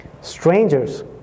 strangers